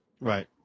Right